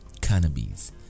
cannabis